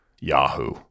Yahoo